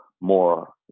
more